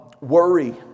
Worry